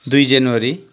दुई जनवरी